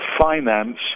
finance